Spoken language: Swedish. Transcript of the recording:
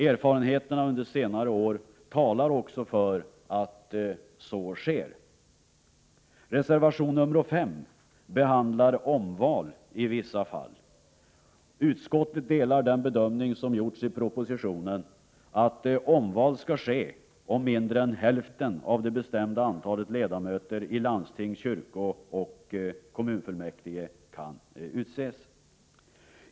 Erfarenheterna under senare år talar också för att så sker. Reservation 5 behandlar omval i vissa fall. Utskottet delar den bedömning som gjorts i propositionen att omval skall ske om mindre än hälften av det bestämda antalet ledamöter i landsting, kyrkooch kommunfullmäktige kan utses.